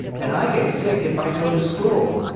and i get sick if i go to school.